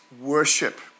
worship